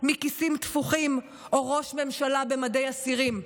מכיסים תפוחים או ראש ממשלה במדי אסירים.